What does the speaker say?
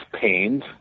pains